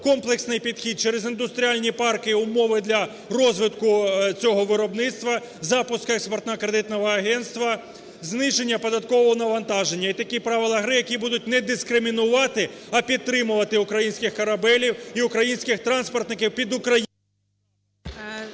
комплексний підхід через індустріальні парки, умови для розвитку цього виробництва, запуск Експортно-кредитного агентства, зниження податкового навантаження. І такі правила гри, які будуть не дискримінувати, а підтримувати українських корабелів і українських транспортників під…